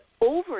over